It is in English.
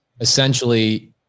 essentially